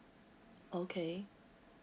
okay